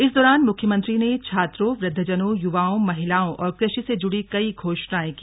इस दौरान मुख्यमंत्री ने छात्रों वृद्वजनों युवाओं महिलाओं और कृषि से जुड़ी कई घोषणाएं की